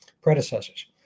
predecessors